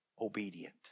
obedient